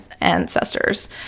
ancestors